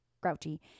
grouchy